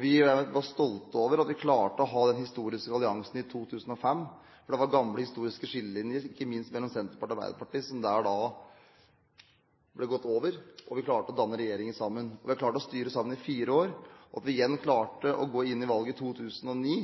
Vi var stolte over at vi klarte å få til den historiske alliansen i 2005, for det var gamle historiske skillelinjer, ikke minst mellom Senterpartiet og Arbeiderpartiet, som der ble gått over, og vi klarte å danne regjering sammen. Vi klarte å styre sammen i fire år. At vi igjen klarte å gå inn i valget i 2009,